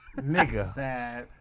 nigga